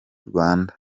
rwanda